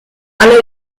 alle